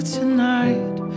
tonight